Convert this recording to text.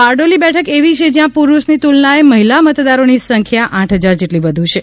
બારડોલી બેઠક એવી છે જ્યાં પુરૂષની તુલનાએ મહિલા મતદારોની સંખ્યા આઠ હજાર જેટલી વધુ છે